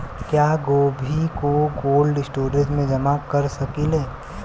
क्या गोभी को कोल्ड स्टोरेज में जमा कर सकिले?